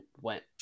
went